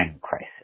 Crisis